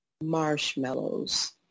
marshmallows